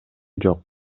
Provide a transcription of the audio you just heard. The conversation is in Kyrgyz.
жок